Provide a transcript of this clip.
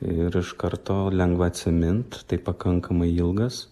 ir iš karto lengva atsimint tai pakankamai ilgas